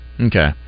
Okay